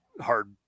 hard